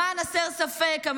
למען הסר ספק,